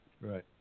Right